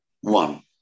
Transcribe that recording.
one